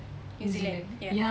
new zealand ya